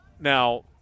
now